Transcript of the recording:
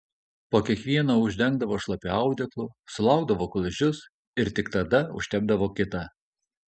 po kiekvieno uždengdavo šlapiu audeklu sulaukdavo kol išdžius ir tik tada užtepdavo kitą